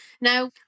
Now